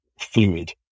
fluid